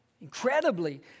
incredibly